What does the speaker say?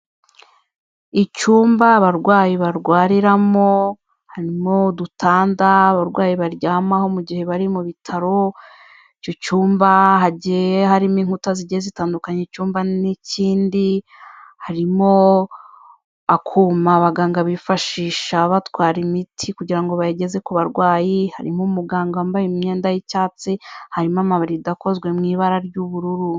Icyumba abarwayi barwariramo, harimo udutanda abarwayi baryamaho mu gihe bari mu bitaro, icyo cyumba hagiye harimo inkuta zigiye zitandukanya icyumba n'ikindi, harimo akuma abaganga bifashisha batwara imiti kugira ngo bayigeze ku barwayi, harimo umuganga wambaye imyenda y'icyatsi, harimo amarido akozwe mu ibara ry'ubururu.